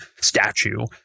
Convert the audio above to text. statue